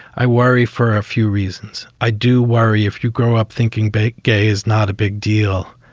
i worry for a few reasons. i do worry. if you grow up thinking big gay is not a big deal,